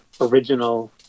original